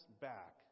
back